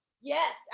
yes